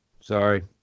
sorry